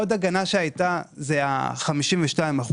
עוד הגנה היא מה שנקרא 52%,